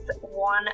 one